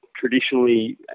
traditionally